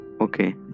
okay